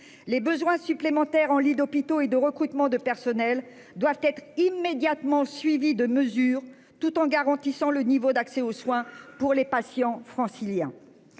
Les besoins supplémentaires en lits d'hôpitaux et de recrutement de personnels doivent être immédiatement suivi de mesures tout en garantissant le niveau d'accès aux soins pour les patients franciliens.